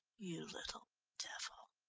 you little devil!